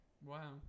Wow